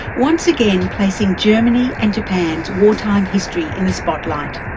once again placing germany and japan's wartime history in the spotlight.